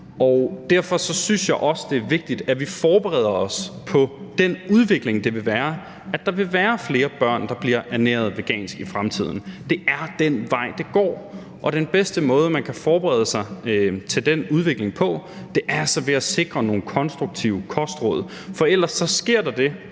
Derfor synes jeg også, det er vigtigt, at vi forbereder os på den udvikling, at der vil være flere børn, der bliver ernæret vegansk i fremtiden. Det er den vej, det går, og den bedste måde, man kan forberede sig til den udvikling på, er altså ved at sikre nogle konstruktive kostråd. For ellers sker der det,